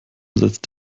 setzt